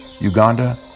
Uganda